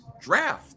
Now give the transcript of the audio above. draft